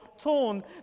torn